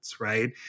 right